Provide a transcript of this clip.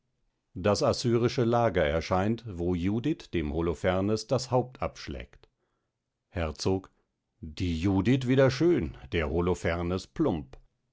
das assyrische lager erscheint wo judith dem holofernes das haupt abschlägt herzog die judith wieder schön der holofernes plump